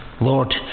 Lord